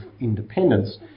independence